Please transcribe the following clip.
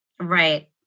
Right